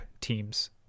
teams